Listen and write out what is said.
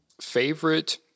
Favorite